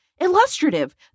illustrative